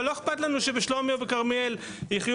אבל לא אכפת לנו שבשלומי או כרמיאל יחיו